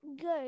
Good